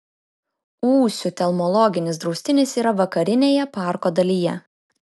ūsių telmologinis draustinis yra vakarinėje parko dalyje